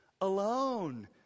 alone